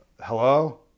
Hello